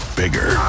bigger